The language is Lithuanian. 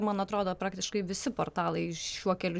man atrodo praktiškai visi portalai šiuo keliu